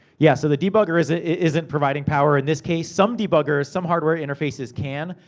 yeah, so the debugger isn't isn't providing power in this case. some debuggers, some hardware interfaces, can.